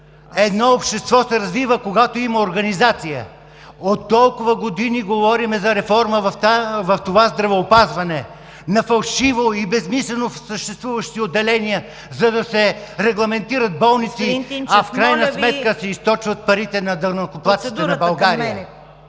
Едно общество се развива, когато има организация. От толкова години говорим за реформа в това здравеопазване на фалшиво и безсмислено съществуващи отделения, за да се регламентират болници, а в крайна сметка се източват парите на данъкоплатците на България.